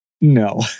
No